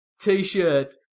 t-shirt